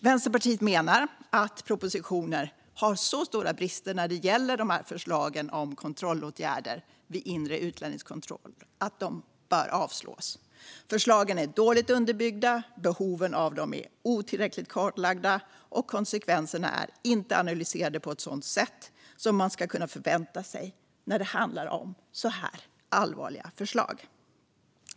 Vänsterpartiet menar att propositionen har så stora brister när det gäller förslagen om kontrollåtgärder vid inre utlänningskontroll att den bör avslås. Förslagen är dåligt underbyggda, behoven av dem är otillräckligt kartlagda och konsekvenserna är inte analyserade på ett sådant sätt som man ska kunna förvänta sig när det handlar om så allvarliga förslag.